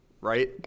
right